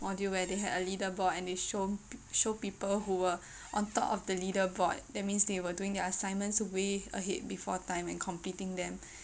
module where they had a leader board and they show show people who were on top of the leader board that means they were doing their assignments way ahead before time and completing them